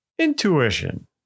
Intuition